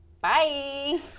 Bye